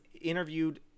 interviewed